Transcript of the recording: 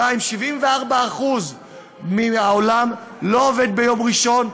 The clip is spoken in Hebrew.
2. ב-74% מהעולם לא עובדים ביום ראשון,